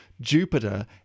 Jupiter